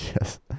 Yes